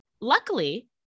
Luckily